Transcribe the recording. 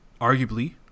arguably